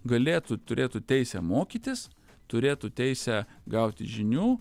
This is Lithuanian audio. galėtų turėtų teisę mokytis turėtų teisę gauti žinių